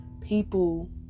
people